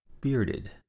bearded